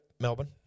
Melbourne